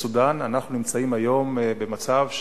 אנחנו נמצאים היום במצב,